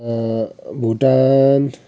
Bhutan